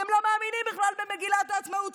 אתם לא מאמינים בכלל במגילת העצמאות.